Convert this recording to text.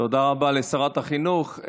תודה רבה לשרת החינוך.